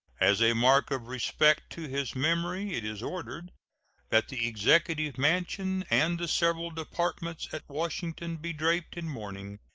as a mark of respect to his memory, it is ordered that the executive mansion and the several departments at washington be draped in mourning,